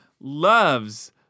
loves